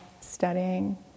studying